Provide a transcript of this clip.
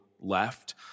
left